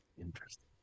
Interesting